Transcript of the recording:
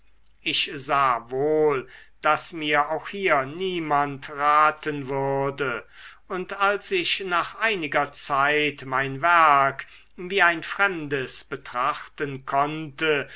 ich sah wohl daß mir auch hier niemand raten würde und als ich nach einiger zeit mein werk wie ein fremdes betrachten konnte